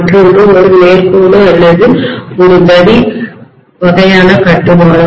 மற்றொன்று ஒரு நேர் கோடு அல்லது ஒரு தடி வகையான கட்டுமானம்